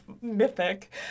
mythic